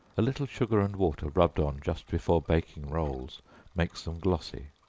a little sugar and water rubbed on just before baking rolls makes them glossy.